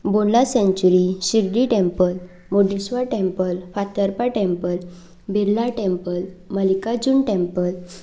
Bondla sanctuary Shirdi temple Bodgeshwar temple Fatorpa temple Birla temple Mallikarjun temple